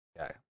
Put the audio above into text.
Okay